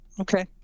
Okay